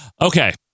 Okay